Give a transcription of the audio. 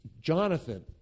Jonathan